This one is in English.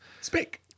Speak